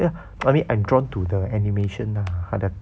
ya only I'm drawn to the animation lah for the